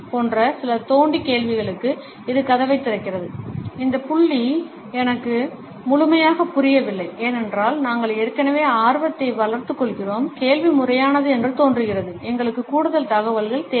போன்ற சில தோண்டி கேள்விகளுக்கு இது கதவைத் திறக்கிறது அந்த புள்ளி எனக்கு முழுமையாக புரியவில்லை ஏனென்றால் நாங்கள் ஏற்கனவே ஆர்வத்தை வளர்த்துக் கொள்கிறோம் கேள்வி முறையானது என்று தோன்றுகிறது எங்களுக்கு கூடுதல் தகவல்கள் தேவை